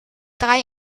drei